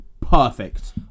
perfect